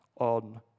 on